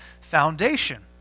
foundation